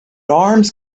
arms